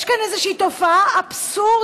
יש כאן איזושהי תופעה אבסורדית: